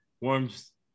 warms